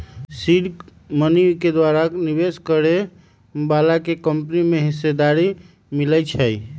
seed money के द्वारा निवेश करए बलाके कंपनी में हिस्सेदारी मिलइ छइ